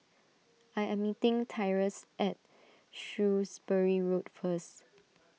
I am meeting Tyrus at Shrewsbury Road first